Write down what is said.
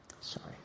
Sorry